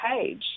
page